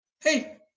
Hey